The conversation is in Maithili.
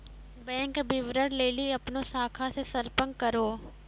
बैंक विबरण लेली अपनो शाखा से संपर्क करो